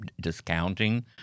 Discounting